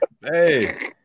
hey